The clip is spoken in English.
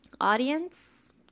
audience